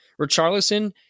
Richarlison